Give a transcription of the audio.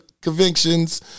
convictions